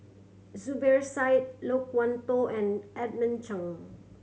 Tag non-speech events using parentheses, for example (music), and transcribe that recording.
Zubir Said Loke (unintelligible) Tho and Edmund Cheng